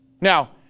Now